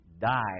die